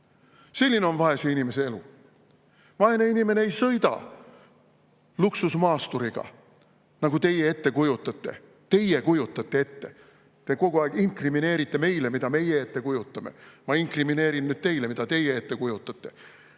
Selline on vaese inimese elu. Vaene inimene ei sõida luksusmaasturiga, nagu teie ette kujutate. Teie kujutate ette. Te kogu aeg inkrimineerite meile, mida meie ette kujutame. Ma inkrimineerin nüüd teile, mida teie ette kujutate: